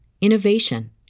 innovation